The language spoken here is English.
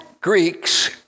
Greeks